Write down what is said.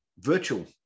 virtual